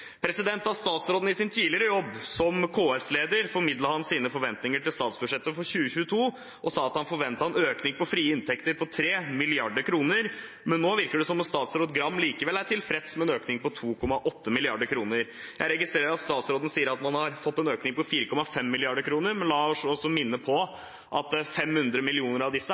Da statsråden i sin tidligere jobb som KS-leder formidlet sine forventninger til statsbudsjettet for 2022, sa han at han forventet en økning i frie inntekter på 3 mrd. kr. Nå virker det som om statsråd Gram likevel er tilfreds med en økning på 2,8 mrd. kr. Jeg registrerer at statsråden sier at man har fått en økning på 4,5 mrd. kr, men la oss minne om at 500 mill. kr av disse